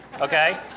okay